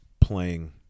playing